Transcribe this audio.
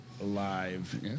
Alive